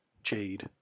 Jade